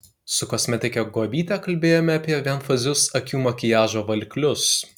su kosmetike guobyte kalbėjome apie vienfazius akių makiažo valiklius